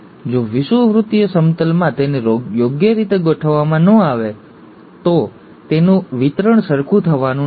જો વિષુવવૃત્તીય સમતલમાં તેને યોગ્ય રીતે ગોઠવવામાં ન આવે તો તેનું વિતરણ સરખું થવાનું નથી